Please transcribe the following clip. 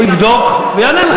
הוא יבדוק ויענה לך.